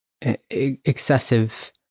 excessive